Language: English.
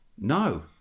no